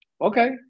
Okay